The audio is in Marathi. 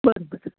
बरं बरं